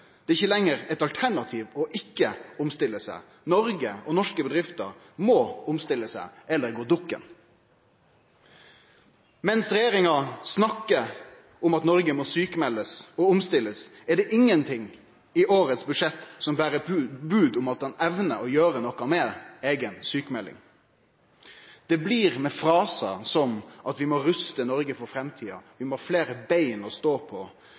Det er ikkje lenger eit alternativ ikkje å omstille seg. Noreg og norske bedrifter må omstille seg eller gå dukken. Mens regjeringa snakkar om at Noreg må sjukmeldast og omstillast, er det ingenting i årets budsjett som ber bod om at ein evnar å gjere noko med eiga sjukmelding. Det blir med frasar som at vi må ruste Noreg for framtida, vi må ha fleire bein å stå på,